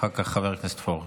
אחר כך חבר הכנסת פורר.